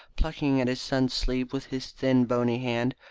plucking at his son's sleeve with his thin bony hand.